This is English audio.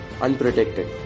unprotected